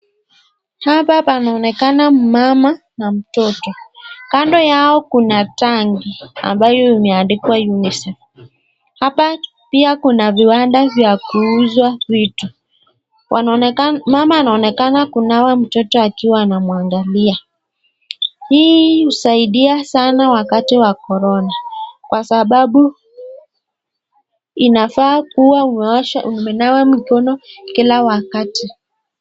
Hapa panaonekana mama na mtoto. Kando yao kuna tangi ambayo imeandikwa UNICEF. Hapa pia kuna viwanda vya kuuzwa vitu. Mama anaonekana kunawa mtoto akiwa anamwangalia. Hii husaidia sana wakati wa Corona kwa sababu inafaa kuwa umenawa mikono kila wakati.